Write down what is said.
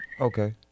okay